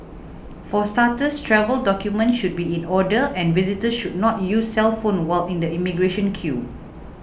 for starters travel documents should be in order and visitors should not use cellphones while in the immigration queue